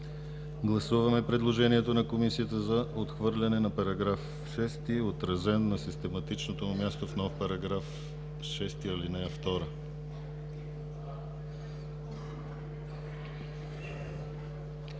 Гласуваме предложението на Комисията за отхвърляне на § 6, отразен на систематичното му място в нов § 6, ал. 2.